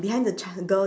behind the chil~ girl